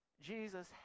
Jesus